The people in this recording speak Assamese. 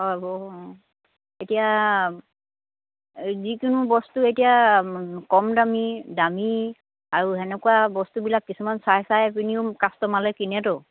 হ'ব অঁ এতিয়া এই যিকোনো বস্তু এতিয়া কম দামী দামী আৰু সেনেকুৱা বস্তুবিলাক কিছুমান চাই চাই পিনিও কাষ্টমাৰলৈ কিনেতো